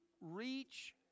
reach